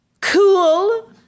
cool